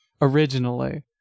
originally